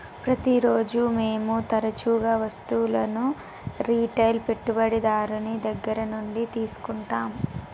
ప్రతిరోజు మేము తరచుగా వస్తువులను రిటైల్ పెట్టుబడిదారుని దగ్గర నుండి తీసుకుంటాం